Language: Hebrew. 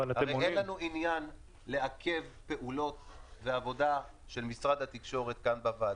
הרי אין לנו עניין לעכב פעולות ועבודה של משרד התקשורת כאן בוועדה,